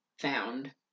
found